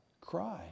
Cry